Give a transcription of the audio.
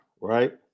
right